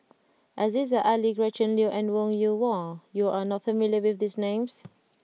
Aziza Ali Gretchen Liu and Wong Yoon Wah you are not familiar with these names